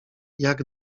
jak